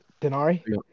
Denari